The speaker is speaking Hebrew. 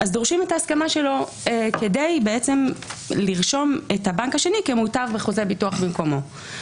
דורשים את ההסכמה שלו כדי לרשום את הבנק השני כמוטב בחוזה ביטוח במקומו.